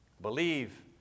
Believe